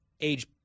age